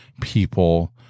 people